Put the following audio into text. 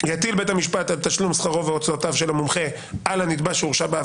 יטיל בית המשפט את תשלום שכרו והוצאותיו של המומחה על הנתבע,